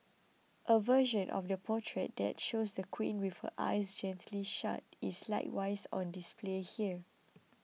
a version of the portrait that shows the Queen with her eyes gently shut is likewise on display here